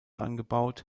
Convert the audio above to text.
angebaut